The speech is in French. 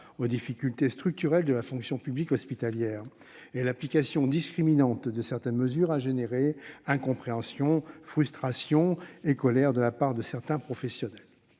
aux difficultés structurelles de la fonction publique hospitalière. En outre, l'application discriminante de certaines mesures a généré incompréhension, frustration et colère chez certains professionnels.